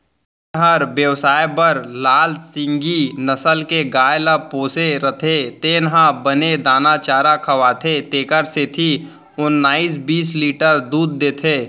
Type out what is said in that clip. जेन हर बेवसाय बर लाल सिंघी नसल के गाय ल पोसे रथे तेन ह बने दाना चारा खवाथे तेकर सेती ओन्नाइस बीस लीटर दूद देथे